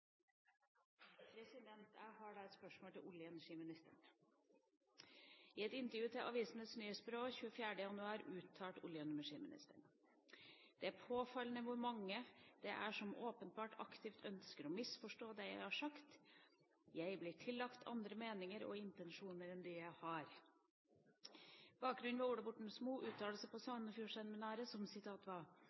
stede. Jeg har et spørsmål til olje- og energiministeren: «I et intervju med Avisenes Nyhetsbyrå 24. januar uttaler olje- og energiministeren: «Det er påfallende hvor mange det er som åpenbart aktivt ønsker å misforstå det jeg har sagt. Jeg blir tillagt andre meninger og intensjoner enn det jeg har». Bakgrunnen er Borten Moes uttalelser på